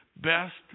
best